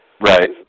right